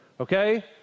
Okay